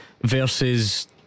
versus